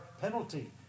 penalty